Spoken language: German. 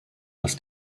dass